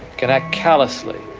can act callously,